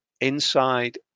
Inside